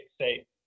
say